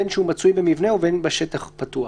בין שהוא מצוי במבנה ובין בשטח פתוח."